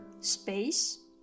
space